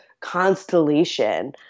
constellation